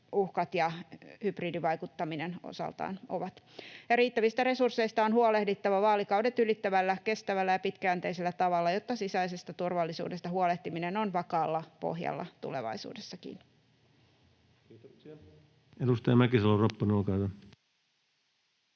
kyberuhat ja hybridivaikuttaminen osaltaan ovat. Riittävistä resursseista on huolehdittava vaalikaudet ylittävällä, kestävällä ja pitkäjänteisellä tavalla, jotta sisäisestä turvallisuudesta huolehtiminen on vakaalla pohjalla tulevaisuudessakin. [Speech 107] Speaker: Ensimmäinen varapuhemies